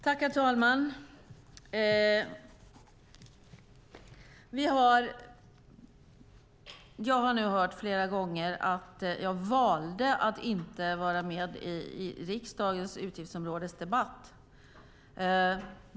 Herr talman! Jag har nu flera gånger hört att jag valde att inte vara med i riksdagens utgiftsområdesdebatt.